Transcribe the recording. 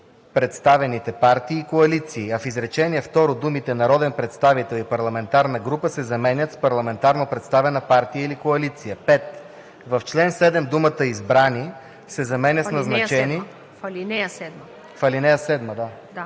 представените партии и коалиции“, а в изречение второ думите „народен представител или парламентарна група“ се заменят с „парламентарно представена партия или коалиция“. 5. В ал. 7 думата „избрани“ се заменя с „назначени“, а думите „парламентарна